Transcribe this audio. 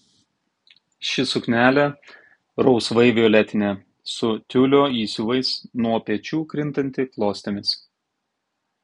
ši suknelė rausvai violetinė su tiulio įsiuvais nuo pečių krintanti klostėmis